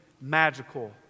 magical